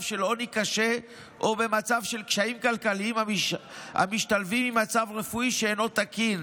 של עוני קשה או במצב של קשיים כלכליים המשתלבים עם מצב רפואי שאינו תקין.